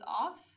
off